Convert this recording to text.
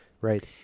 right